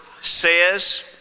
says